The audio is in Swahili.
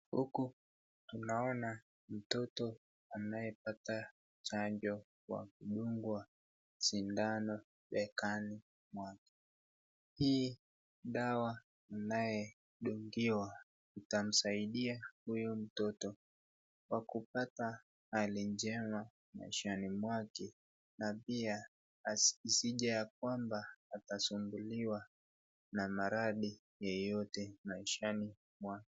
Huku tunaona mtoto anayepata chanjo kwa kudungwa sindano begani mwake, hii dawa anayedungiwa itamsaidia huyu mtoto kwa kupata hali njema katika maishani mwake, na pia isije yakwamba atasumbuliwa na maradhi yoyote maishani mwake.